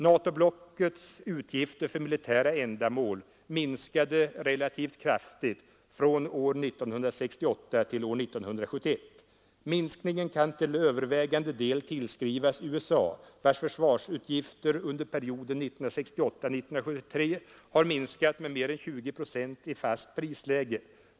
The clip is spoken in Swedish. NATO-blockets utgifter för militära ändamål minskade relativt kraftigt från år 1968 till år 1971. Minskningen kan till övervägande del tillskrivas USA, vars försvarsutgifter under perioden 1968-1973 har minskat med mer än 20 procent i fast prisläge.